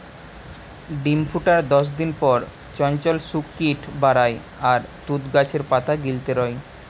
ডিম ফুটার দশদিন পর চঞ্চল শুক কিট বারায় আর তুত গাছের পাতা গিলতে রয়